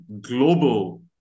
global